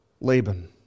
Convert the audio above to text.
Laban